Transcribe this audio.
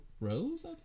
Rose